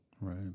Right